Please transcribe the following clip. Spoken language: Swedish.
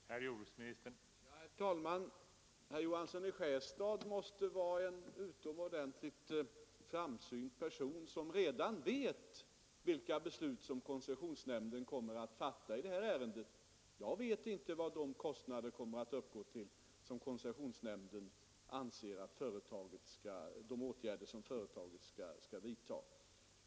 Herr talman! Herr Johansson i Skärstad måste vara en utomordentligt förutseende person som redan vet vilka beslut koncessionsnämnden kommer att fatta i det här ärendet. Jag vet inte vad kostnaderna kommer att uppgå till för de åtgärder som koncessionsnämnden kommer att bättrande åtgärder besluta att företaget skall vidta.